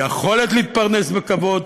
יכולת להתפרנס בכבוד,